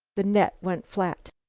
the net went flat.